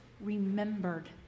remembered